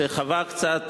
חווה קצת